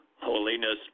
holiness